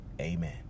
Amen